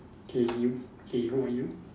K you K who are you